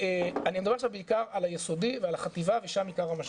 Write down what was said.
אני מדבר עכשיו בעיקר על היסודי ועל החטיבה ושם הוא עיקר המשבר.